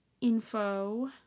Info